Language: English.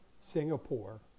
Singapore